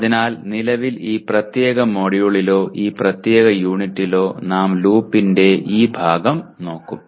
അതിനാൽ നിലവിൽ ഈ പ്രത്യേക മൊഡ്യൂളിലോ ഈ പ്രത്യേക യൂണിറ്റിലോ നാം ലൂപ്പിന്റെ ഈ ഭാഗം നോക്കും